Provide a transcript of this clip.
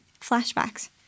Flashbacks